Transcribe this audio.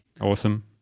Awesome